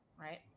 right